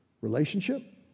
relationship